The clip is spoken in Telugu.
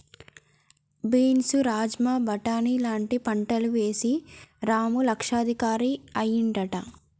బీన్స్ రాజ్మా బాటని లాంటి పంటలు వేశి రాము లక్షాధికారి అయ్యిండట